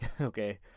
Okay